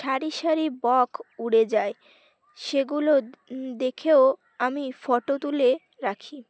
সারি সারি বক উড়ে যায় সেগুলো দেখেও আমি ফটো তুলে রাখি